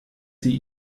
sie